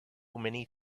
many